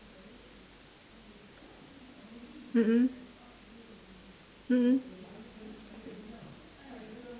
mm mm mm mm